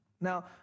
Now